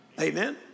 Amen